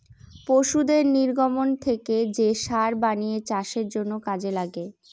পশুদের নির্গমন থেকে যে সার বানিয়ে চাষের জন্য কাজে লাগে